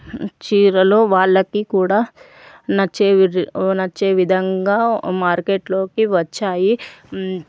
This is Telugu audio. చీరలు వాళ్ళకి కూడా నచ్చే విధం నచ్చే విధంగా మార్కెట్లోకి వచ్చాయి